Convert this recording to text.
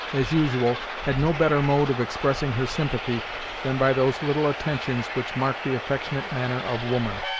as usual, had no better mode of expressing her sympathy than by those little attentions which mark the affectionate manner of woman.